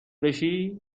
بشی